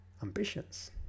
ambitions